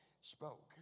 spoke